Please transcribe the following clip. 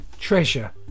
Treasure